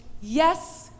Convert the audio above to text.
yes